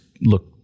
look